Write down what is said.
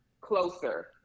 closer